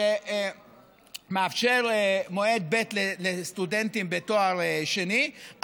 שמאפשר מועד ב' לסטודנטים בתואר שני,